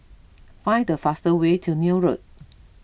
find the fastest way to Neil Road